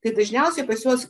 tai dažniausiai pas juos